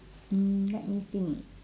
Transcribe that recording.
mm let me think